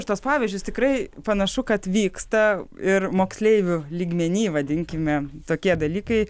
aš tuos pavyzdžius tikrai panašu kad vyksta ir moksleivių lygmeny vadinkime tokie dalykai